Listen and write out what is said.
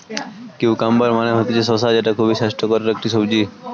cucumber মানে হতিছে শসা যেটা খুবই স্বাস্থ্যকর একটি সবজি